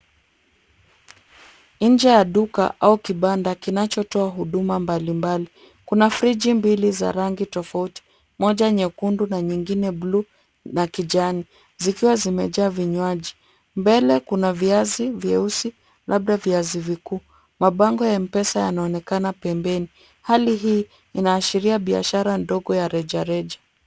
Nje ya duka au kibanda kinachotoa huduma mbalimbali. Kuna friji mbili za rangi tofauti. Moja nyekundu na nyingine buluu na kijani, zikiwa zimejaa vinywaji. Mbele kuna viazi vyeusi, labda viazi vikuu. Mabango ya M-pesa yanaonekana pembeni, hali hii inaashiria biashara ndogo ya rejareja.